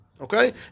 Okay